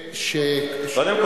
אחר,